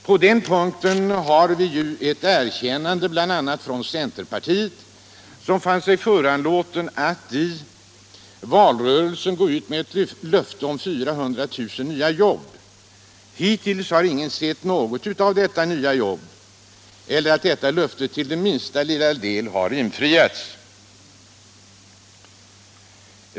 På den punkten har vi ju också fått ett uttalande från talesmän för centerpartiet, som fann sig föranlåtna att i valrörelsen gå ut med ett löfte om 400 000 nya jobb. Hittills har vi emellertid inte sett någonting av dessa nya jobb. Det löftet har inte till minsta del infriats.